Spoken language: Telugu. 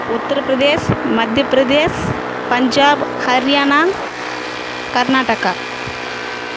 ఉత్తరప్రదేశ్ మధ్యప్రదేశ్ పంజాబ్ హర్యానా కర్ణాటక